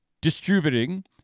distributing